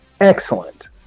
excellent